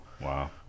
Wow